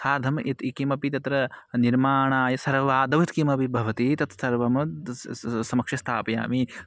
साधनम् इति किमपि तत्र निर्माणाय सर्वादौ किमपि भवति तत् सर्वं स् समक्षे स्थापयामि